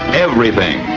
everything.